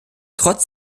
trotz